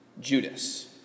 Judas